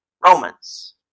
Romans